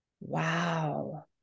Wow